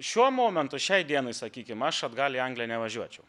šiuo momentu šiai dienai sakykim aš atgal į angliją nevažiuočiau